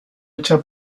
hecha